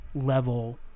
level